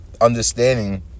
understanding